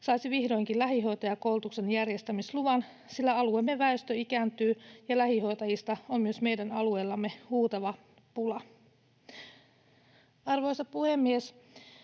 saisi vihdoinkin lähihoitajakoulutuksen järjestämisluvan, sillä alueemme väestö ikääntyy ja lähihoitajista on myös meidän alueellamme huutava pula. Arvoisa puhemies!